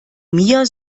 mir